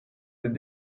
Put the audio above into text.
des